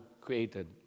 created